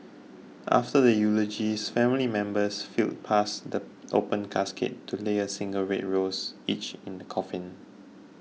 after the eulogies family members filed past the open casket to lay a single red rose each in the coffin